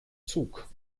zug